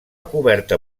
coberta